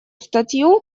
статью